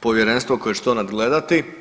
povjerenstvo koje će to nadgledati.